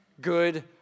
good